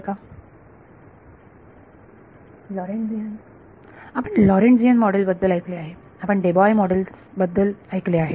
विद्यार्थी लॉरेन्टीझियन आपण Lorentzian models बद्दल ऐकले आहे आपण डेबाय मॉडेल्स बद्दल ऐकले आहेत